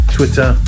Twitter